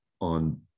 on